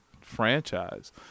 franchise